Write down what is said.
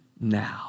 now